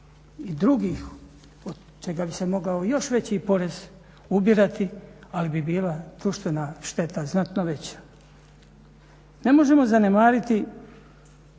i drugih od čega bi se mogao još veći porez ubirati ali bi bila društvena šteta znatno veća. Ne možemo zanemariti